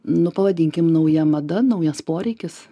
nu pavadinkim nauja mada naujas poreikis